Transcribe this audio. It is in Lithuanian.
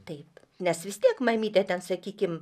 taip nes vis tiek mamytė ten sakykim